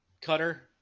cutter